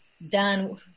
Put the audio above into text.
Done